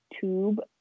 tube